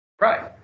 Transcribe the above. Right